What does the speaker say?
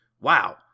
Wow